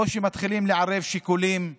או שמתחילים לערב שיקולים אחרים.